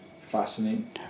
fascinating